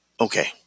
Okay